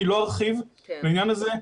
אני לא ארחיב בעניין הזה,